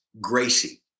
Gracie